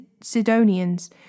Sidonians